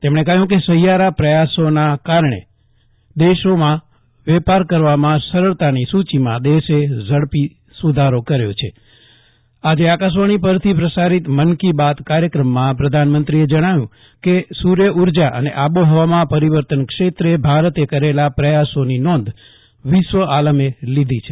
તેમણે કહ્યુ કે સહિયારા પ્રયાસોના કારણે જે દેશમાં વેપાર કરવામાં સરળતાની સુચિમાં દેશે ઝડપથી સુધારો કર્યો હિં આજે આકાશવાણી પરથી પ્રસારિત મન કી બાત ક્રાર્યક્રમમાં પ્રધાનમંત્રીએ જણાવ્યુ કે સુર્ય ઉર્જા અને આબોહવામાં પરિવર્તન ક્ષેત્રે ભારતે કરેલા પ્રયાસોની નોંધ વિશ્વ આલમે લીધી છે